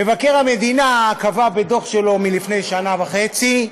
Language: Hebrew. מבקר המדינה קבע בדוח שלו מלפני שנה וחצי,